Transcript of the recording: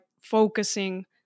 focusing